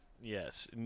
Yes